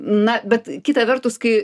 na bet kita vertus kai